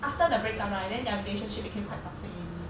after the break up lah then their relationship became quite toxic already